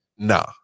Nah